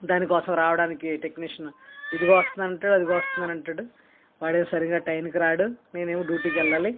దానికోసం రావడానికి టెక్నీషియన్ ఇదిగో వస్తున్నాను అంటాడు అదిగో వస్తున్నాను అంటాడు వాడేమో సరిగ్గా టైమ్కి రాడు నేనేమో డ్యూటికి వెళ్ళాలి